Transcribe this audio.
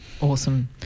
Awesome